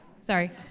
Sorry